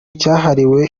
cyahariwe